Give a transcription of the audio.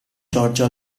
giorgio